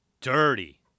dirty